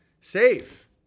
safe